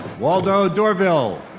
waldo dorvil.